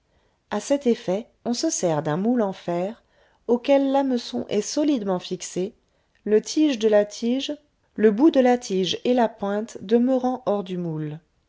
a cet effet on se sert d'un moule en fer auquel l'hameçon est solidement fixé le tige de la tige et la pointe demeurant hors du moule